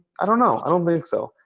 i don't know. i don't think so.